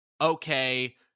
okay